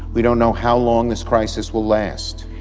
we don't know how long this crisis will last.